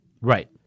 Right